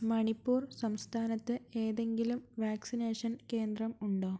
മണിപ്പൂർ സംസ്ഥാനത്ത് ഏതെങ്കിലും വാക്സിനേഷൻ കേന്ദ്രം ഉണ്ടോ